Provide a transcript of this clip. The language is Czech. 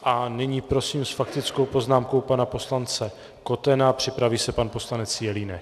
A nyní prosím s faktickou poznámkou pana poslance Kotena, připraví se pan poslanec Jelínek.